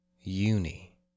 uni